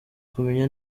kumenya